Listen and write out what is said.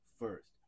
first